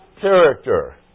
character